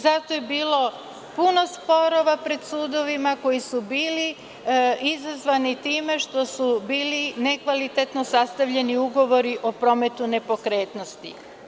Zato je bilo puno sporova pred sudovima koji su bili izazvani time što su bili nekvalitetno sastavljeni ugovori o prometu nepokretnosti.